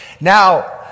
Now